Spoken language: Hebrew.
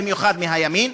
במיוחד מהימין,